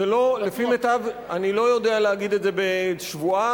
אני לא יודע להגיד את זה בשבועה,